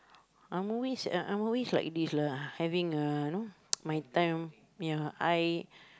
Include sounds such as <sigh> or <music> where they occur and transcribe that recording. I'm always uh I'm always like this lah having uh you know <noise> my time I